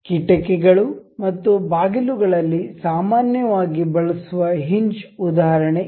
ಕಿಟಕಿಗಳು ಮತ್ತು ಬಾಗಿಲುಗಳಲ್ಲಿ ಸಾಮಾನ್ಯವಾಗಿ ಬಳಸುವ ಹಿಂಜ್ ಉದಾಹರಣೆ ಇದು